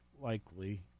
likely